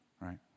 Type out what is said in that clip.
right